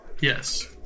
Yes